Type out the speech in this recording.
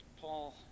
Paul